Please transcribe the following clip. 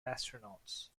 astronauts